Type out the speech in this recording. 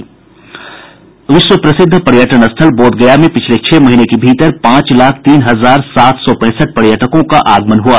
प्रदेश के विश्व प्रसिद्ध पर्यटन स्थल बोध गया में पिछले छह महीने के भीतर पांच लाख तीन हजार सात सौ पैंसठ पर्यटकों का आगमन हआ